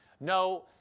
no